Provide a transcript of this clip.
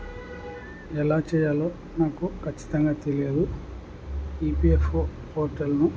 ఎలా చేయాలో నాకు ఖచ్చితంగా తెలియదు ఈ పి ఎఫ్ ఓ పోర్టల్ను